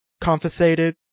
confiscated